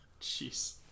Jeez